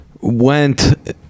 went